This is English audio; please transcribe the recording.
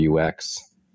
UX